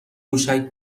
موشک